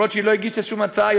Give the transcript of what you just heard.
אפילו שהיא לא הגישה שום הצעה,